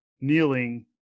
kneeling